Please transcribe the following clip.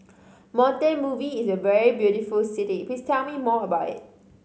Montevideo is a very beautiful city please tell me more about it